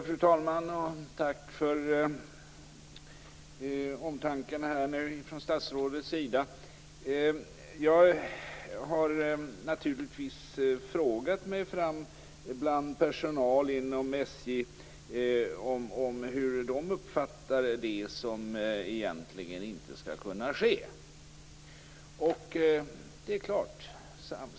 Fru talman! Tack, statsrådet, för omtanken! Jag har naturligtvis frågat mig fram bland personal inom SJ om hur de uppfattade det som egentligen inte skall kunna ske.